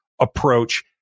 approach